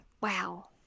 Wow